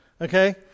Okay